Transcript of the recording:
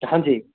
हाँ जी